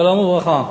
שלום וברכה.